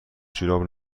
جوراب